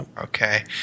Okay